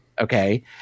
Okay